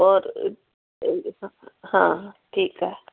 और हा ठीकु आहे